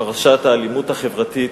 פרשת האלימות החברתית